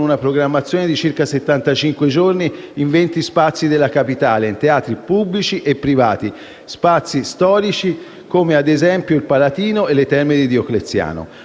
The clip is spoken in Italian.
una programmazione di circa settantacinque giorni in 20 spazi della Capitale, in teatri pubblici e privati, spazi storici (come ad esempio il Palatino e le Terme di Diocleziano),